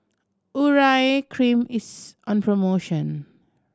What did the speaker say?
Urea Cream is on promotion